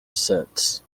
says